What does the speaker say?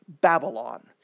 Babylon